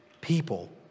people